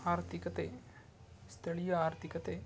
ಆರ್ಥಿಕತೆ ಸ್ಥಳೀಯ ಆರ್ಥಿಕತೆ